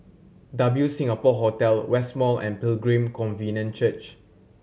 W Singapore Hotel West Mall and Pilgrim Covenant Church